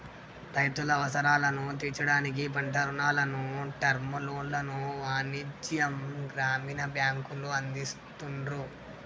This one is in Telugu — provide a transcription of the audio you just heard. రైతుల అవసరాలను తీర్చడానికి పంట రుణాలను, టర్మ్ లోన్లను వాణిజ్య, గ్రామీణ బ్యాంకులు అందిస్తున్రు